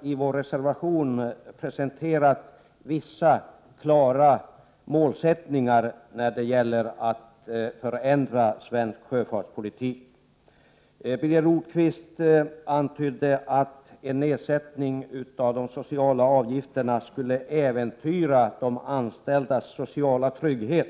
i vår reservation har presenterat vissa klara målsättningar när det gäller att förändra svensk sjöfartspolitik. Han antydde att en nedsättning av de sociala avgifterna skulle äventyra de anställdas sociala trygghet.